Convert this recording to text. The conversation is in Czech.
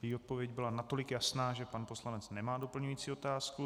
Její odpověď byla natolik jasná, že pan poslanec nemá doplňující otázku.